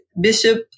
Bishop